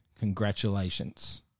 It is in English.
congratulations